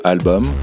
album